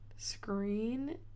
screen